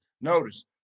Notice